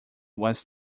was